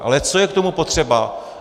Ale co je k tomu potřeba?